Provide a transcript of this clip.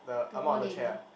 the old lady